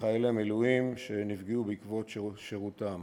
לחיילי מילואים שנפגעו בעקבות שירותם